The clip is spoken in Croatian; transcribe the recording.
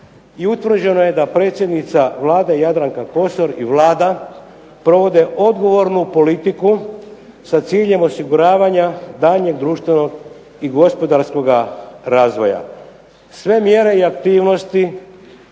utvrđeno je da predsjednica Vlade Jadranka Kosor i Vlada provode odgovornu politiku sa ciljem osiguravanja daljnjeg društvenog i gospodarskoga razvoja. Sve mjere i aktivnosti